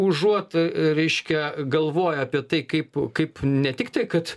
užuot reiškia galvoję apie tai kaip kaip ne tiktai kad